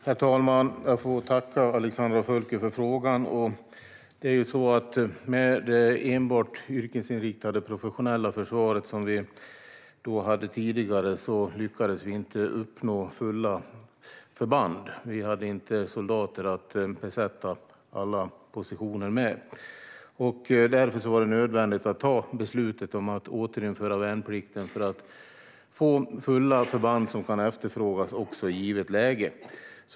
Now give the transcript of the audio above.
Herr talman! Jag får tacka Alexandra Völker för frågan. Med det enbart professionella och yrkesinriktade försvar som vi hade tidigare lyckades vi inte uppnå fulla förband. Vi hade inte soldater att besätta alla positioner med. Därför var det nödvändigt att ta beslut om att återinföra värnplikten för att få fulla förband som kan efterfrågas också i givet läge.